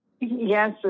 Yes